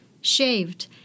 shaved